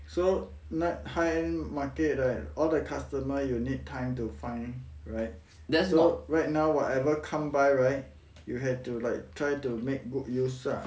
so not high end market right all the customer you will need time to find right so right now whatever come by right you have to like try to make good use lah